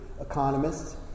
economists